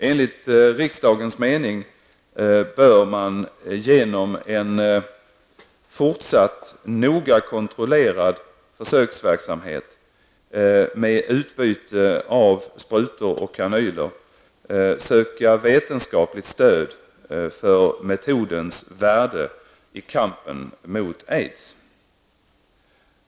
Enligt riksdagens mening bör man genom en fortsatt noga kontrollerad försöksverksamhet med utbyte av sprutor och kanyler söka vetenskapligt stöd för metodens värde i kampen mot aids.